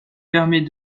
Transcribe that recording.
permet